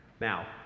Now